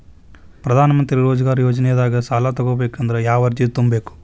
ಪ್ರಧಾನಮಂತ್ರಿ ರೋಜಗಾರ್ ಯೋಜನೆದಾಗ ಸಾಲ ತೊಗೋಬೇಕಂದ್ರ ಯಾವ ಅರ್ಜಿ ತುಂಬೇಕು?